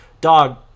Dog